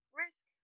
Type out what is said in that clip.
risk